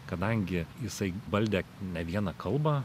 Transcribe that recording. kadangi jisai valdė ne vieną kalbą